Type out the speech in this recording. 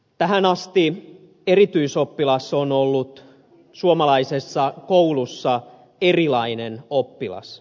tähän asti erityisoppilas on ollut suomalaisessa koulussa erilainen oppilas